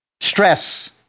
Stress